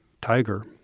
tiger